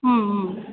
ಹ್ಞೂ ಹ್ಞೂ